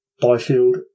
Byfield